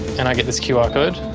and i get this qr ah code,